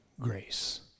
grace